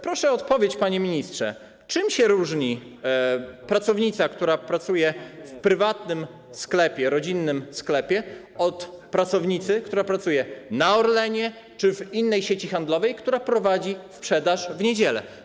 Proszę o odpowiedź, panie ministrze, na pytanie, czym się różni pracownica, która pracuje w prywatnym sklepie, rodzinnym sklepie, od pracownicy, która pracuje na Orlenie czy w innej sieci handlowej, która prowadzi sprzedaż w niedzielę.